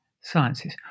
sciences